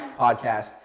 podcast